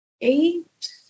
eight